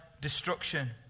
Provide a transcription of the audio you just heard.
destruction